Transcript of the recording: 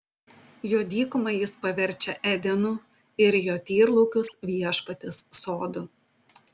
jo dykumą jis paverčia edenu ir jo tyrlaukius viešpaties sodu